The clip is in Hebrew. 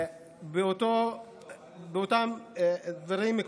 באותם דברים,